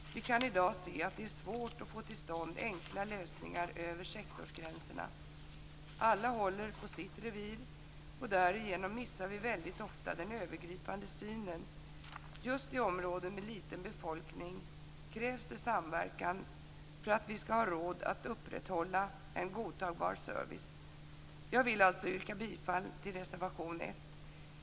Vi kan i dag se att det är svårt att få till stånd enkla lösningar över sektorsgränserna. Alla håller på sitt revir, och därigenom missar vi väldigt ofta den övergripande synen - just i områden med liten befolkning krävs det samverkan för att vi ska ha råd att upprätthålla en godtagbar service. Jag yrkar alltså bifall till reservation 1.